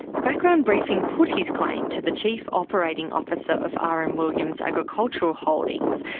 background briefing put his claim to the chief operating officer of r. m. williams agricultural holdings.